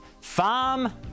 Farm